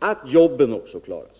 att jobben kan klaras.